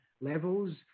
levels